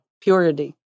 purity